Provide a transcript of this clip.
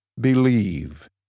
believe